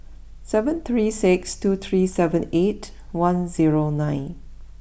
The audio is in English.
seven three six two three seven eight one zero nine